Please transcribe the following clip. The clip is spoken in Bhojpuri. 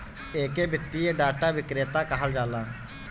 एके वित्तीय डाटा विक्रेता कहल जाला